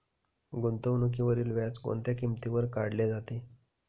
गुंतवणुकीवरील व्याज कोणत्या किमतीवर काढले जाते?